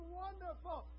wonderful